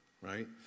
right